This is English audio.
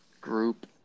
group